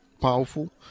Powerful